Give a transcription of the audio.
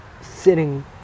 sitting